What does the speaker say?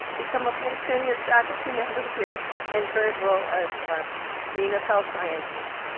become a full tenured faculty member here and current role as dean of health sciences.